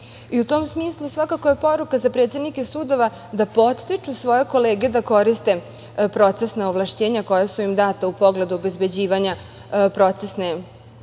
tom smislu, svakako je poruka za predsednike sudova da podstiču svoje kolege da koriste procesna ovlašćenja koja su im data u pogledu obezbeđivanja procesne discipline,